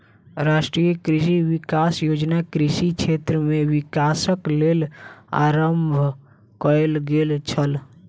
राष्ट्रीय कृषि विकास योजना कृषि क्षेत्र में विकासक लेल आरम्भ कयल गेल छल